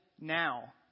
now